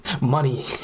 Money